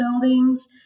buildings